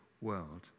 world